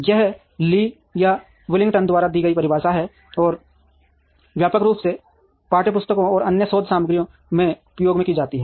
यह ली और बिलिंगटन द्वारा दी गई परिभाषा है और व्यापक रूप से पाठ्य पुस्तकों और अन्य शोध सामग्री में उपयोग की जाती है